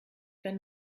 wenn